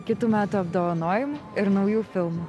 kitų metų apdovanojimų ir naujų filmų